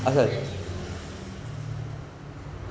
G_V